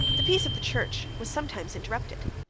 the peace of the church was sometimes interrupted.